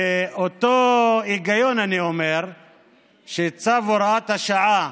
מאותו היגיון אני אומר שצו הוראת השעה